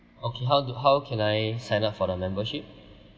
okay how do how can I sign up for the membership